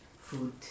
food